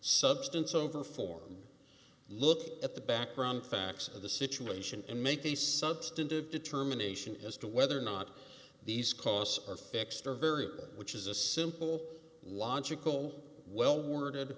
substance over for look at the background facts of the situation and make a substantive determination as to whether or not these costs are fixed or very which is a simple logical well worded